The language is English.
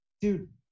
Dude